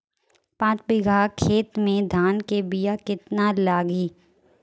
पाँच बिगहा खेत में धान के बिया केतना लागी?